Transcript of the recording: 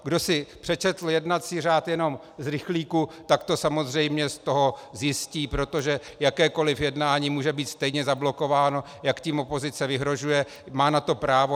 Kdo si přečetl jednací řád jenom z rychlíku, tak to samozřejmě z toho zjistí, protože jakékoliv jednání může být stejně zablokováno, jak tím opozice vyhrožuje, má na to právo.